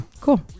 cool